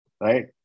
right